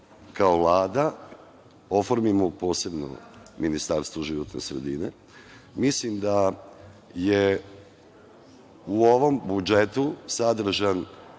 kao Vlada oformimo posebno ministarstvo životne sredine. Mislim da je u ovom budžetu sadržan